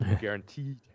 guaranteed